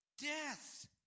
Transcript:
death